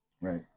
Right